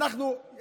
אנחנו,